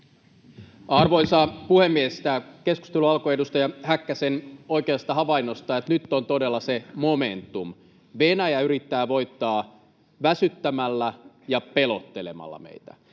Arvoisa puhemies! Tämä keskustelu alkoi edustaja Häkkäsen oikeasta havainnosta, että nyt on todella se momentum. Venäjä yrittää voittaa väsyttämällä ja pelottelemalla meitä.